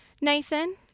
Nathan